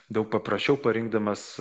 daug paprasčiau parinkdamas